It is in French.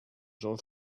jean